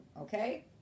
okay